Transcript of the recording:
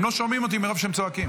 הם לא שומעים אותי מרוב שהם צועקים.